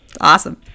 awesome